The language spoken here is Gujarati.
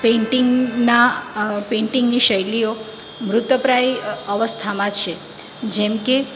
પેન્ટિંગના પેંટિંગની શૈલીઓ મૃતપ્રાય અવસ્થામાં છે જેમ કે